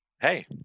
hey